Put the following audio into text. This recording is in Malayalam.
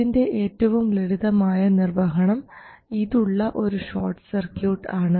ഇതിൻറെ ഏറ്റവും ലളിതമായ നിർവഹണം ഇതുള്ള ഒരു ഷോർട്ട് സർക്യൂട്ട് ആണ്